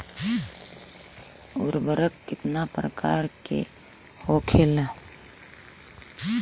उर्वरक कितना प्रकार के होखेला?